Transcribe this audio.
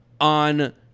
on